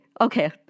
Okay